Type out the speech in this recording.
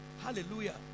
Hallelujah